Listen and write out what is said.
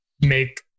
make